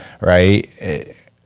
right